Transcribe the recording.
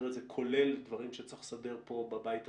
את זה כולל דברים שצריך לסדר פה בבית הזה,